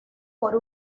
por